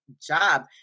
job